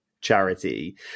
charity